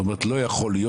זאת אומרת לא יכול להיות,